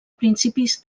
principis